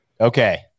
Okay